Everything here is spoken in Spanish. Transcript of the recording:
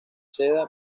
seda